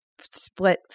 split